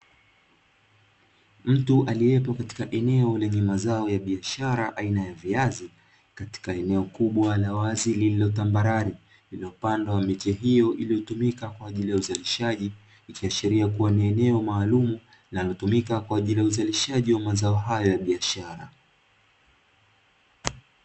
Mtu aliepo katika eneo lenye mazao ya biashara aina ya viazi, katika eneo kubwa la wazi lililotambarare, lililopandwa miche hiyo iliyotumika kwa ajili ya uzalishaji. Ikiashiria kuwa ni eneo maalumu linalotumika kwa ajili ya uzalishaji wa mazao hayo ya biashara.